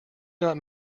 not